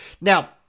Now